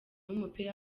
w’umupira